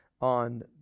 on